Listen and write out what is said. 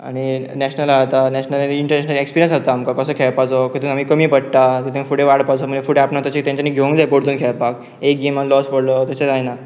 आनी नॅशनल जाता national international experience जाता आमकां कसो खेळपाचो तितून आमी कमी पडटा तितून फुडें वाडपाचो म्हण फडें आपण तशें तेंच्यानी घेवंक परतून खेळपाक एक गेमान लॉस पडलो तशें जायना